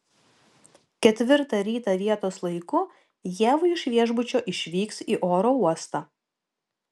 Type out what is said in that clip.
ketvirtą ryto vietos laiku ieva iš viešbučio išvyks į oro uostą